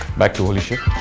back to holy shift!